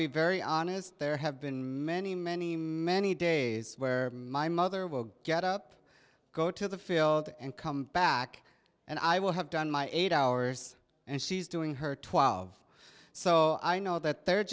be very honest there have been many many many days where my mother will get up go to the field and come back and i will have done my eight hours and she's doing her twelve so i know that their